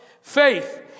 Faith